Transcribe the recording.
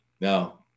No